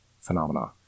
phenomena